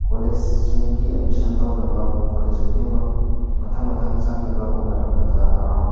ꯀꯣꯂꯦꯖꯁꯤꯡꯒꯤ admission ꯇꯧꯅꯕ college ꯈꯨꯗꯤꯡꯃꯛ ꯃꯊꯪ ꯃꯊꯪ ꯆꯪꯉꯒ ꯎꯅꯔꯛꯄꯗ ꯑꯦꯔꯥꯎꯟ